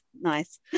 nice